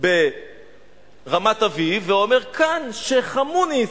ברמת-אביב ואומר: כאן שיח'-מוניס.